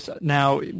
Now